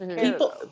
people